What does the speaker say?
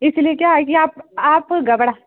इसी लिए क्या है कि आप आप घबरा